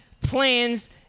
plans